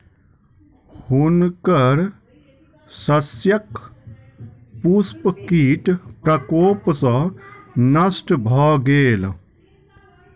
हुनकर शस्यक पुष्प कीट प्रकोप सॅ नष्ट भ गेल